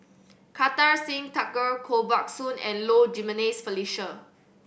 Kartar Singh Thakral Koh Buck Song and Low Jimenez Felicia